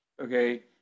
okay